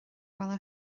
bhaile